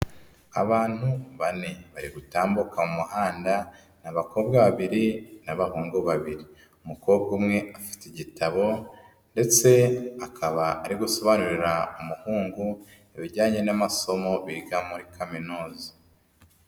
Abantu bane bari gutambuka mu muhanda, ni abakobwa babiri n'abahungu babiri, umukobwa umwe afite igitabo ndetse akaba ari gusobanurira umuhungu ibijyanye n'amasomo biga muri kaminuza.